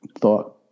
thought